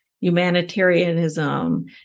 humanitarianism